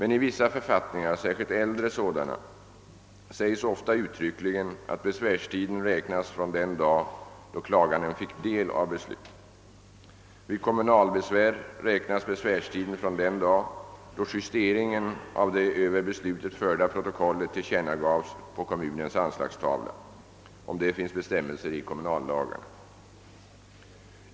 I vissa författningar, särskilt äldre sådana, sägs ofta uttryckligen att besvärstiden räknas från den dag då klaganden fick del av beslutet. Vid kommunalbesvär räknas besvärstiden från den dag då justeringen av det över beslutet förda protokollet tillkännagavs på kommunens anslagstavla. Bestämmelser om detta finns i kommunallagarna.